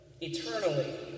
eternally